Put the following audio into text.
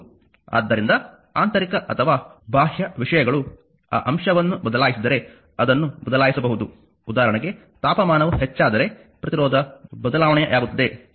ಆದ್ದರಿಂದ ಆಂತರಿಕ ಅಥವಾ ಬಾಹ್ಯ ವಿಷಯಗಳು ಆ ಅಂಶವನ್ನು ಬದಲಾಯಿಸಿದರೆ ಅದನ್ನು ಬದಲಾಯಿಸಬಹುದು ಉದಾಹರಣೆಗೆ ತಾಪಮಾನವು ಹೆಚ್ಚಾದರೆ ಪ್ರತಿರೋಧ ಬದಲಾವಣೆಯಾಗುತ್ತದೆ ಸರಿ